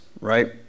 right